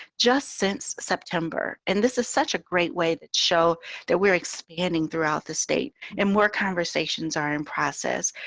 just since sep tember and this is such a great way to show that we're expanding throughout the state. and we're conversations are in process.